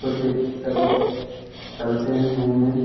सोचे चलो चलते हैं घूमने